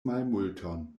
malmulton